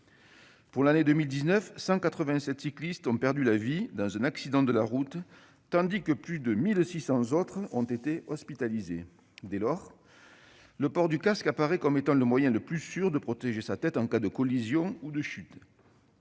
de l'année 2019, quelque 187 cyclistes ont perdu la vie dans un accident de la route, tandis que plus de 1 600 autres ont été hospitalisés. Dès lors, le port du casque apparaît comme étant le moyen le plus sûr de protéger sa tête en cas de collision ou de chute.